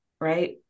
right